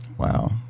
Wow